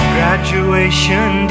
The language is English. Graduation